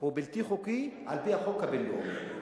הוא בלתי חוקי על-פי החוק הבין-לאומי.